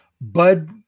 Bud